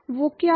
वो क्या है